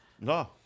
No